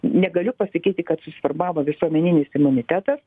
negaliu pasakyti kad susiformavo visuomeninis imunitetas